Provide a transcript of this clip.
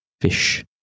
fish